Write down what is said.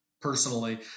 personally